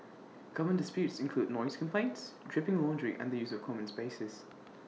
common disputes include noise complaints dripping laundry and the use of common spaces